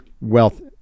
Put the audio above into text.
wealth